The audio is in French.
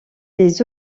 les